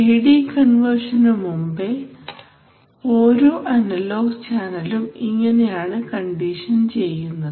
AD കൺവെർഷനു മുമ്പേ ഓരോ അനലോഗ് ചാനലും ഇങ്ങനെയാണ് കണ്ടീഷൻ ചെയ്യുന്നത്